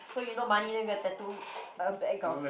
so you no money then you're gonna tattoo a bag of